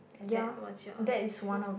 is that what's your afraid